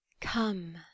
Come